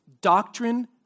doctrine